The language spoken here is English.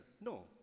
No